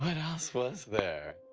what else was there?